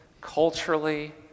culturally